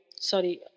sorry